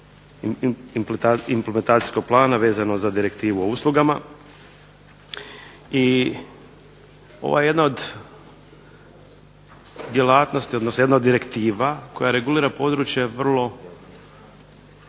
implementacijskog plana vezano za Direktivu o uslugama i ova je jedna od djelatnosti odnosno jedan od direktiva koje regulira područje u vrlo